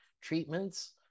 treatments